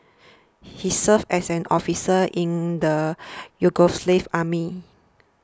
he served as an officer in the Yugoslav army